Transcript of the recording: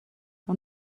اون